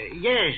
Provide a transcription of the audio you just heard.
Yes